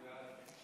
בעד.